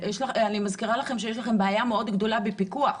אני מזכירה לכם שיש לכם בעיה מאוד גדולה בפיקוח,